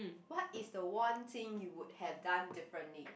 what is the one thing you would have done differently